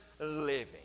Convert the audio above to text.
living